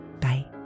Bye